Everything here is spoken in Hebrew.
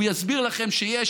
הוא יסביר לכם שיש.